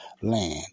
land